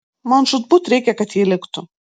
man žūtbūt reikia kad ji liktų